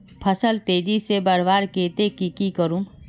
फल तेजी से बढ़वार केते की की करूम?